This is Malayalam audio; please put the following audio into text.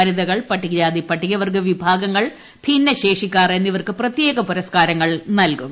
വനിതകൾ പട്ടികജാതി പട്ടികവർഗ്ഗ വിഭ്യഗ്ഗങ്ങൾ ഭിന്നശേഷിക്കാർ എന്നിവർക്ക് പ്രത്യേക പുര്സ്കാരങ്ങൾ നൽകും